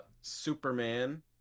Superman